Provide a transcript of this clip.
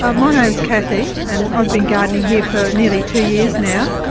ah my name's kathy and i've been gardening here for nearly two years now.